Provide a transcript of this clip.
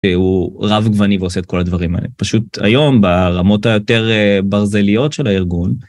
הוא רב גווני ועושה את כל הדברים האלה. פשוט היום, ברמות היותר ברזליות של הארגון,